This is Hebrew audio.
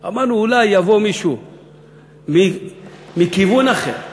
אמרנו: אולי יבוא מישהו מכיוון אחר.